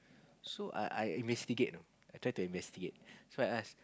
so I I investigate you know I try to investigate so I ask